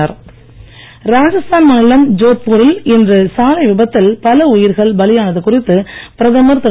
மோடி ராஜஸ்தான் ராஜஸ்தான் மாநிலம் ஜோத்பூரில் இன்று சாலை விபத்தில் பல உயிர்கள் பலியானது குறித்து பிரதமர் திரு